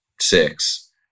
six